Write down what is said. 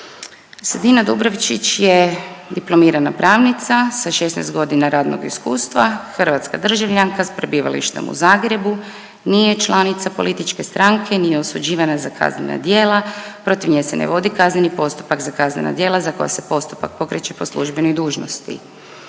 Sedina Dubravčić je diplomirana pravnica sa 16 godina radnog iskustva, hrvatska državljanka s prebivalištem u Zagrebu, nije članica političke stranke, nije osuđivana za kaznena djela, protiv nje se ne vodi kazneni postupak za kaznena djela za koje se postupak pokreće po službenoj dužnosti.